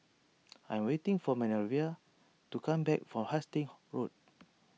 I'm waiting for Manervia to come back from Hastings Road